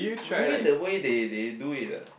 maybe the way they they do it ah